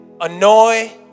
annoy